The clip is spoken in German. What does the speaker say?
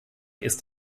ist